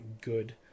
good